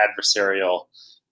adversarial